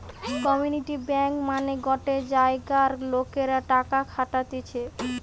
community bank মানে গটে জায়গার লোকরা টাকা খাটতিছে